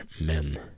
men